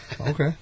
Okay